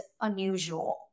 unusual